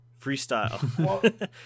freestyle